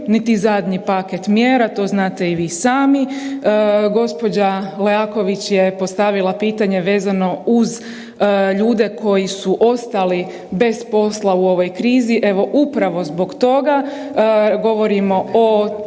niti zadnji paket mjera. To znate i vi sami. Gđa. Leaković je postavila pitanje vezano uz ljude koji su ostali bez posla u ovoj krizi, evo upravo zbog toga govorimo o